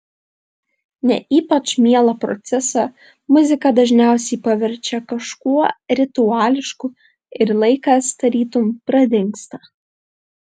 ne ypač mielą procesą muzika dažniausiai paverčia kažkuo rituališku ir laikas tarytum pradingsta